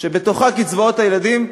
שבתוכה קצבאות הילדים,